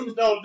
no